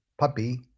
puppy